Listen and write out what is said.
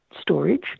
storage